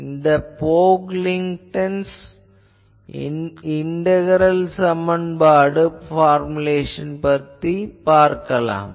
இப்போது Pocklington's integral சமன்பாடு formulation பற்றிப் பார்க்கலாம்